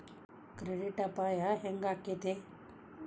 Credit apply ಹೆಂಗಾಕ್ಕತೇ?